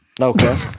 Okay